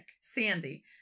Sandy